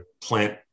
plant